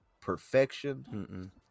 Perfection